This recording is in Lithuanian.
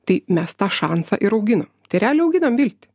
tai mes tą šansą ir auginam tai realiai auginam viltį